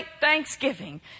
Thanksgiving